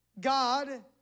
God